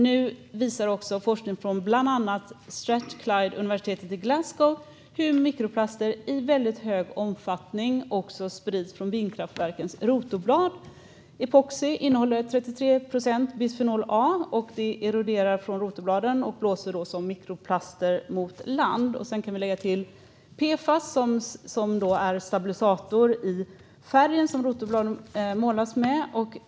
Nu visar också forskning från bland annat Strathclyde universitetet i Glasgow hur mikroplaster i väldigt stor omfattning sprids från vindkraftverkens rotorblad. Epoxi innehåller 33 procent bisfenol A. Det eroderar från rotorbladen och blåser som mikroplaster mot land. Sedan kan vi lägga till PFAS som används som stabilisator i färgen som rotorbladen målats med.